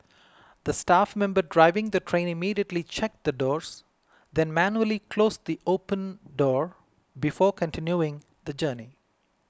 the staff member driving the train immediately checked the doors then manually closed the open door before continuing the journey